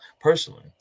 Personally